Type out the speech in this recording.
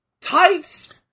Tights